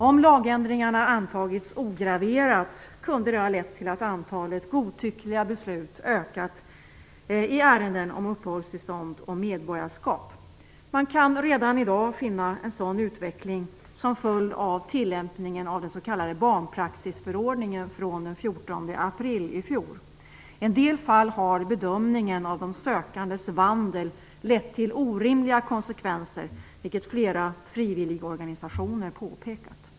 Om lagändringarna antagits ograverat kunde det ha lett till att antalet godtyckliga beslut ökat i ärenden om uppehållstillstånd och medborgarskap. Man kan redan i dag finna en sådan utveckling, som följd av tillämpningen av den s.k. barnpraxisförordningen från den 14 april i fjor. I en del fall har bedömningen av de sökandes vandel lett till orimliga konsekvenser, vilket flera frivilligorganisationer påpekat.